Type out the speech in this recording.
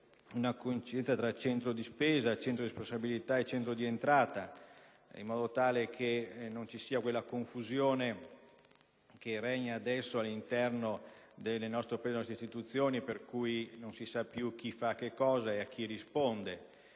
una coincidenza tra centro di spesa, di responsabilità e di entrata, in modo tale che non vi sia quella confusione che regna adesso all'interno delle nostre istituzioni, per cui non si sa più chi fa che cosa e a chi ne risponde.